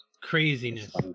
Craziness